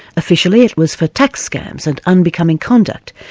officially it was for tax scams and unbecoming conduct,